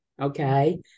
Okay